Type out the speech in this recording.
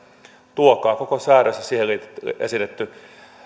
tuokaa koko säädös ja siihen esitetty